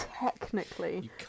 technically